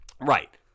Right